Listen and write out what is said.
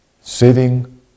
Sitting